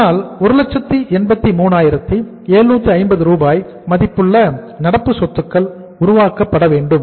அதனால் 183750 ரூபாய் மதிப்புள்ள நடப்பு சொத்துக்கள் உருவாக்கப்பட வேண்டும்